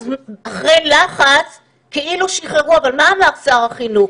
אז אחרי לחץ כאילו שחררו, אבל מה אמר שר החינוך?